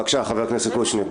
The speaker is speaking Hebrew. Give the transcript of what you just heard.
בבקשה, חבר הכנסת קושניר.